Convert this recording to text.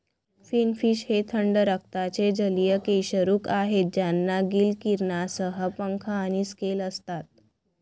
finfish हे थंड रक्ताचे जलीय कशेरुक आहेत ज्यांना गिल किरणांसह पंख आणि स्केल असतात